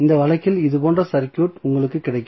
இந்த வழக்கில் இது போன்ற சர்க்யூட் உங்களுக்கு கிடைக்கும்